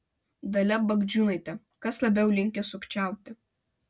dalia bagdžiūnaitė kas labiau linkęs sukčiauti